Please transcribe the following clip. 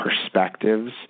perspectives